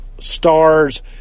stars